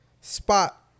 spot